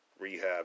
rehab